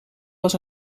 was